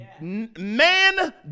Man